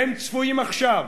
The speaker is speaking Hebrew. והם צפויים עכשיו,